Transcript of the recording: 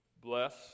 Bless